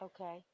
okay